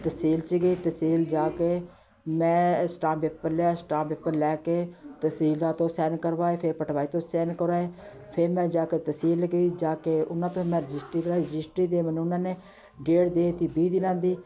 ਤਹਿਸੀਲ 'ਚ ਗਈ ਤਹਿਸੀਲ ਜਾ ਕੇ ਮੈਂ ਸਟਾਮ ਪੇਪਰ ਲਿਆ ਸਟਾਮ ਪੇਪਰ ਲੈ ਕੇ ਤਹਿਸੀਲਦਾਰ ਤੋਂ ਸੈਨ ਕਰਵਾਏ ਫਿਰ ਪਟਵਾਰੀ ਤੋਂ ਸੈਨ ਕਰਵਾਏ ਫਿਰ ਮੈਂ ਜਾ ਕੇ ਤਹਿਸੀਲ ਗਈ ਜਾ ਕੇ ਉਹਨਾਂ ਤੋਂ ਮੈਂ ਰਜਿਸਟਰੀ ਕਰਵਾਈ ਰਜਿਸਟਰੀ ਦੇ ਮੈਨੂੰ ਉਹਨਾਂ ਨੇ ਡੇਟ ਦੇ ਤੀ ਵੀਹ ਦਿਨਾਂ ਦੀ